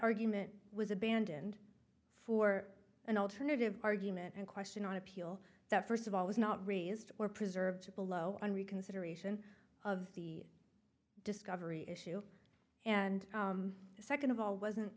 argument was abandoned for an alternative argument and question on appeal that first of all was not raised or preserved below on reconsideration of the discovery issue and second of all wasn't